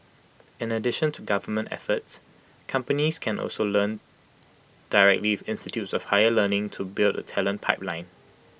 in addition to government efforts companies can also learn directly institutes of higher learning to build A talent pipeline